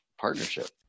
partnership